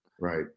Right